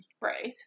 Right